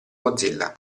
mozilla